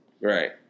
Right